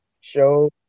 show